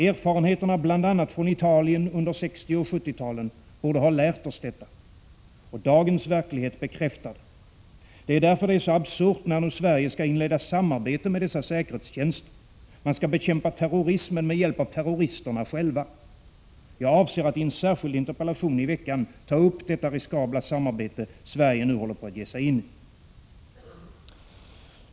Erfarenheterna bl.a. från Italien under 1960 och 1970-talen borde ha lärt oss detta. Och dagens verklighet bekräftar det. Det är därför det är så absurt, när nu Sverige skall inleda samarbete med dessa säkerhetstjänster. Man skall bekämpa terrorismen med hjälp av terroristerna själva. Jag avser att i en särskild interpellation i veckan ta upp detta riskabla samarbete, som Sverige nu håller på att ge sig in i.